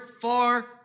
far